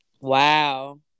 wow